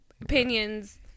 opinions